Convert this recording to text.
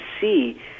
see